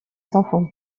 s’enfonce